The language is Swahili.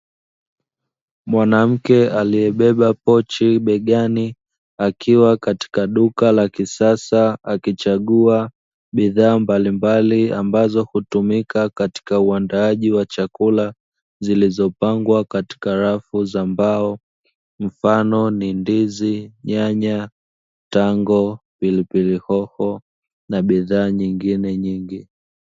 Mwanamke aliyebeba pochi begani akiwa katika duka la kisasa, akichagua bidhaa mbalimbali ambazo hutumika katika uandaaji wa chakula zilizopangwa katika rafu za mbao. Mfano ni ndizi, nyanya, tango, pilipili hoho, na bidhaa nyingine nyingi.